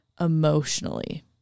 emotionally